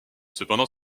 cependant